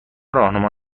راهنما